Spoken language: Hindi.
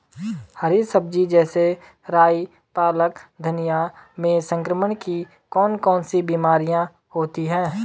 हरी सब्जी जैसे राई पालक धनिया में संक्रमण की कौन कौन सी बीमारियां होती हैं?